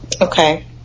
Okay